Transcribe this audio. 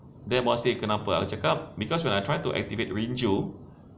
then boss say kenapa aku cakap because when I try to activate rin cho